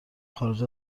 خارج